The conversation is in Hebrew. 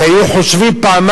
כי הם היו חושבים פעמיים,